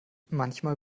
manchmal